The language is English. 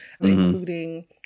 including